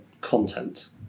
Content